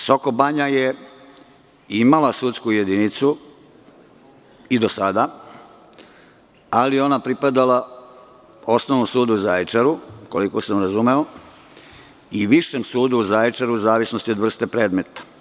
Sokobanja je imala sudsku jedinicu i do sada, ali ona pripadala Osnovnom sudu u Zaječaru, koliko sam razumeo i Višem sudu u Zaječaru, u zavisnosti od vrste predmeta.